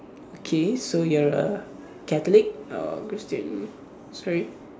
okay so you're a Catholic or Christian sorry